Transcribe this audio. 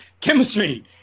chemistry